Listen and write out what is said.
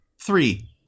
three